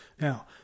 Now